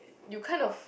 you can't of